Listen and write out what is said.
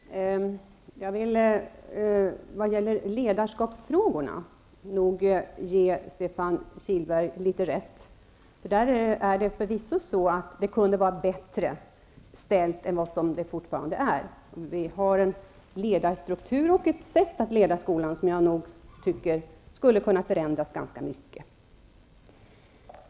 Herr talman! Jag vill vad gäller ledarskapsfrågorna nog ge Stefan Kihlberg delvis rätt. Där kunde det förvisso vara bättre ställt än vad det fortfarande är. Vi har en ledarstruktur och ett sätt att leda skolan som skulle kunna förändras ganska mycket.